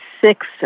six